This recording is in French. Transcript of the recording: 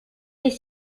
les